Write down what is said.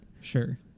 Sure